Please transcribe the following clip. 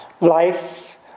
life